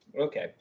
Okay